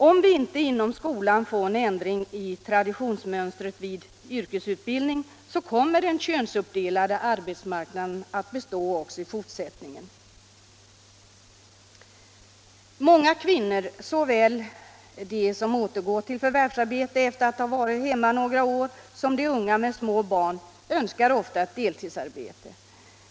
Om vi inte inom skolan får en ändring i traditionsmönstret vid yrkesutbildning, kommer den könsuppdelade arbetsmarknaden att bestå också i fortsättningen. Många kvinnor, såväl de som återgår till förvärvsarbete efter att ha varit hemma några år som de unga med små barn, önskar ofta ett deltidsarbete.